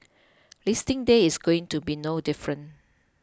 listing day is going to be no different